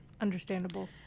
Understandable